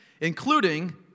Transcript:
including